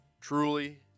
truly